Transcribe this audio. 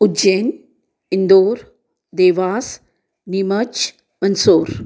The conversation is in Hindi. उज्जैन इंदौर देवास नीमच मन्दसौर